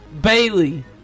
Bailey